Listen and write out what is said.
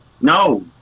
No